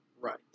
Right